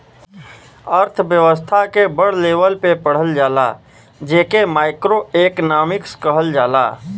अर्थव्यस्था के बड़ लेवल पे पढ़ल जाला जे के माइक्रो एक्नामिक्स कहल जाला